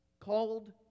Called